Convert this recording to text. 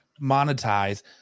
monetize